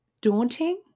daunting